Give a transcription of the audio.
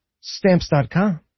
Stamps.com